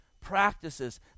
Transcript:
practices